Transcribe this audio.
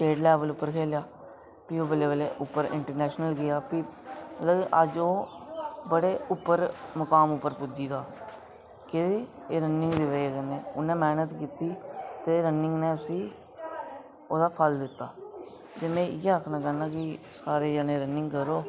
state level उप्पर खेढेआ फ्ही बल्लें बल्लें उप्पर नैशनल गेआ फ्ही मतलब अज्ज ओह् बड़े उप्पर मकाम उप्पर पुज्जी गेदा केहदे एह् रनिंग दी वजह कन्नै उ'न्नै मैह्नत कीती ते रनिंग ने उसी ओह्दा फल दित्ता ते में इ'यै आखना चाह्न्नां कि सारे जने रनिंग करो